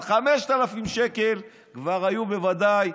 על 5,000 שקל כבר היו בוודאי,